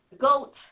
goat